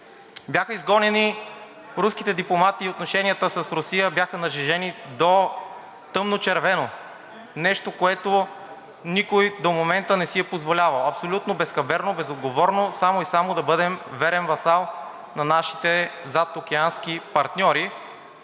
Бяха изгонени руските дипломати и отношенията с Русия бяха нажежени до тъмночервено – нещо, което никой до момента не си е позволявал. Абсолютно безхаберно, безотговорно, само и само да бъдем верен васал на нашите задокеански партньори,